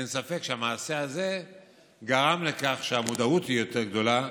אין ספק שהמעשה הזה גרם לכך שהמודעות היא יותר גדולה,